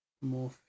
more